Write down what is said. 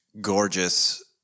gorgeous